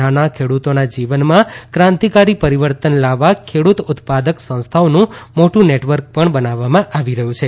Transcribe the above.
નાના ખેડુતોના જીવનમાં ક્રાંતિકારી પરિવર્તન લાવવા ખેડૂત ઉત્પાદક સંસ્થાઓનું મોટું નેટવર્ક પણ બનાવવામાં આવી રહ્યું છે